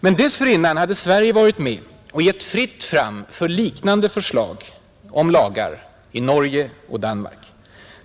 Men dessförinnan hade Sverige varit med och gett fritt fram för liknande lagförslag i Norge och Danmark.